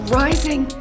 rising